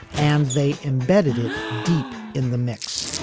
and they embedded it deep in the mix